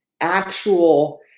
actual